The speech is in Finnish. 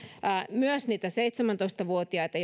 myös niitä seitsemäntoista vuotiaita